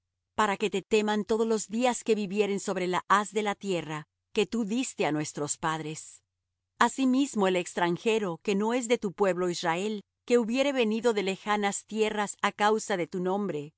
para que te teman todos los días que vivieren sobre la haz de la tierra que tú diste á nuestros padres asimismo el extranjero que no es de tu pueblo israel que hubiere venido de lejanas tierras á causa de tu nombre